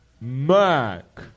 Mac